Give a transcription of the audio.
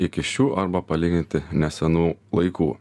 iki šių arba palyginti nesenų laikų